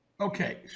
Okay